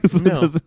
No